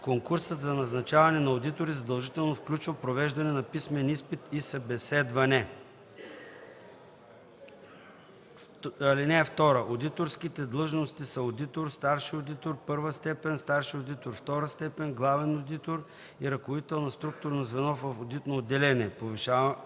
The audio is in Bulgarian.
Конкурсът за назначаване на одитори задължително включва провеждане на писмен изпит и събеседване. (2) Одиторските длъжности са одитор, старши одитор първа степен, старши одитор втора степен, главен одитор и ръководител на структурно звено в одитно отделение.